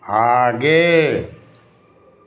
आगे